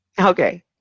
Okay